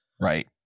right